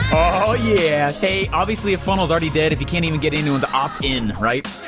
oh yeah, hey obviously a funnel's already dead if you can't even get anyone to opt in, right?